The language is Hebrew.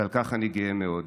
ועל כך אני גאה מאוד.